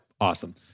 awesome